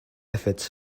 efforts